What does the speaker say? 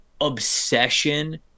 obsession